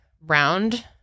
round